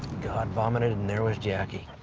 god vomited and there was jackie.